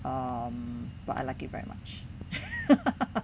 um but I like it very much